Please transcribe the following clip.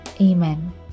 Amen